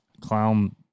clown